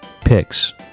picks